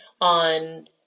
on